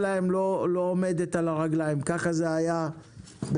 אני מתכבד לפתוח את הדיון על היערכות המדינה